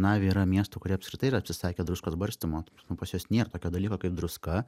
na jau yra miestų kurie apskritai yra atsisakę druskos barstymo ta prasme pas juos nėr tokio dalyko kaip druska